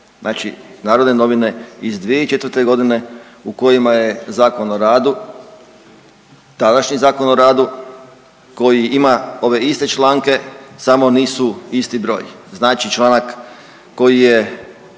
znači Narodne novine iz 2004. godine u kojima je Zakon o radu, tadašnji Zakon o radu koji ima ove iste članke samo nisu isti broj. Znači članak koji je